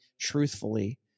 truthfully